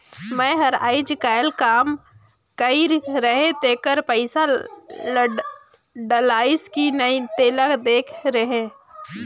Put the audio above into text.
मै हर अईचकायल काम कइर रहें तेकर पइसा डलाईस कि नहीं तेला देख देहे?